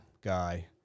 guy